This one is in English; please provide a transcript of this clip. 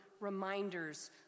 reminders